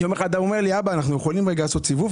יום אחר אני עושה איתו סיבוב,